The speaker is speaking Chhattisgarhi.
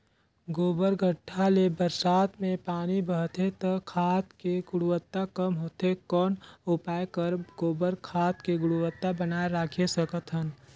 गोबर गढ्ढा ले बरसात मे पानी बहथे त खाद के गुणवत्ता कम होथे कौन उपाय कर गोबर खाद के गुणवत्ता बनाय राखे सकत हन?